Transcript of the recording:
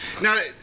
Now